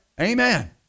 Amen